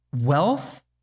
wealth